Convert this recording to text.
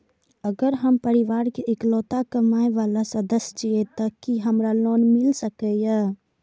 अगर हम परिवार के इकलौता कमाय वाला सदस्य छियै त की हमरा लोन मिल सकीए?